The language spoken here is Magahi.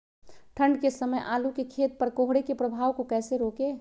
ठंढ के समय आलू के खेत पर कोहरे के प्रभाव को कैसे रोके?